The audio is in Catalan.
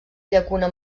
llacuna